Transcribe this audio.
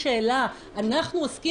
אז מתקיים